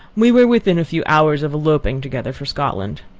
we were within a few hours of eloping together for scotland.